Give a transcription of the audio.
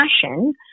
passion